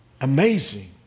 amazing